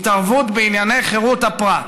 התערבות בענייני חירות הפרט,